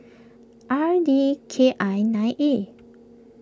R D K I nine A